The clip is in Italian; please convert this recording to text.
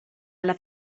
alla